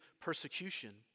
persecution